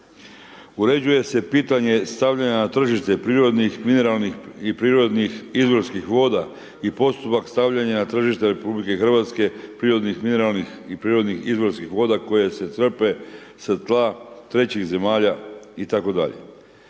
Uređuje se pitanje stavljeno na tržište prirodnih mineralnih i prirodnih izvorskih voda i postupak stavljanja na tržište RH prirodnih mineralnih i prirodnih izvorskih voda koje se crpe sa tka trećih zemalja itd.